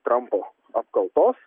trampo apkaltos